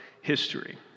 history